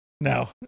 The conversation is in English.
No